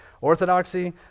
orthodoxy